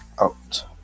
out